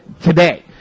today